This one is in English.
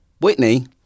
Whitney